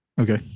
Okay